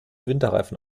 winterreifen